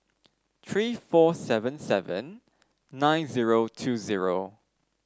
three four seven seven nine zero two zero